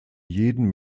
jeden